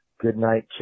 goodnight